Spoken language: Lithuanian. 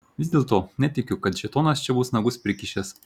vis dėlto netikiu kad šėtonas čia bus nagus prikišęs